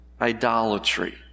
idolatry